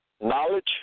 knowledge